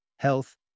health